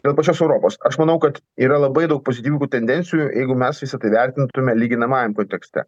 dėl pačios europos aš manau kad yra labai daug pozityvingų tendencijų jeigu mes visa tai vertintume lyginamajam kontekste